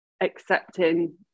accepting